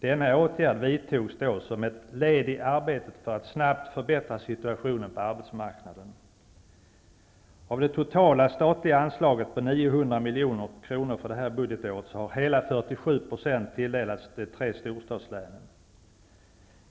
Denna åtgärd vidtogs som ett led i arbetet med att snabbt förbättra situationen på arbetsmarknaden. Av det totala statliga anslaget på 900 miljoner kronor för det här budgetåret har hela 47 % tilldelats de tre storstadslänen.